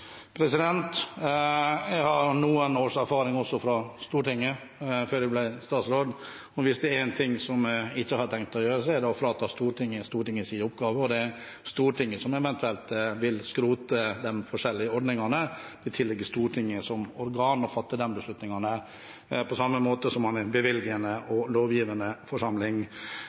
Jeg har noen års erfaring fra Stortinget før jeg ble statsråd, og hvis det er én ting jeg ikke har tenkt til å gjøre, så er det å frata Stortinget Stortingets oppgave, og det er Stortinget som eventuelt vil skrote de forskjellige ordningene. Det tilligger Stortinget som organ å fatte de beslutningene, på samme måte som at Stortinget er den bevilgende og lovgivende forsamling.